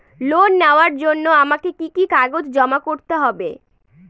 Loan নেওয়ার জন্য আমাকে কি কি কাগজ জমা করতে হবে?